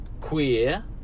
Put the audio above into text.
queer